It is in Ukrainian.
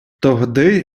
тогди